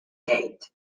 date